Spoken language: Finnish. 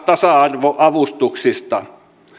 tasa arvoavustuksista